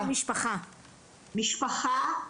משפחה,